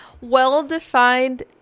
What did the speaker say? well-defined